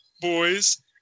boys